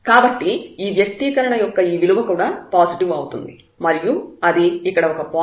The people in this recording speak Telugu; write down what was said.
కాబట్టి ఈ వ్యక్తీకరణ యొక్క ఈ విలువ కూడా పాజిటివ్ అవుతుంది మరియు అది ఇక్కడ ఒక పాయింట్